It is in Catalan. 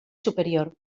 superior